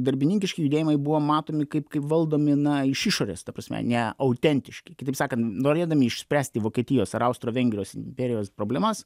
darbininkiški judėjimai buvo matomi kaip kaip valdomi na iš išorės ta prasme ne autentiški kitaip sakant norėdami išspręsti vokietijos ar austro vengrijos imperijos problemas